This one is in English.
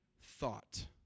thought